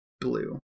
blue